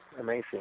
amazing